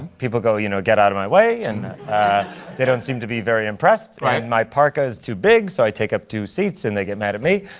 people go, you know, get out of my way. and they don't seem to be very impressed. right. and my parka is too big, so i take up two seats. and they get mad at me.